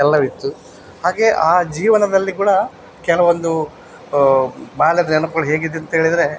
ಎಲ್ಲವಿತ್ತು ಹಾಗೆ ಆ ಜೀವನದಲ್ಲಿ ಕೂಡ ಕೆಲವೊಂದು ಬಾಲ್ಯದ ನೆನಪುಗಳು ಹೇಗಿದೆ ಅಂತ ಹೇಳಿದ್ರೆ